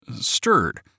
stirred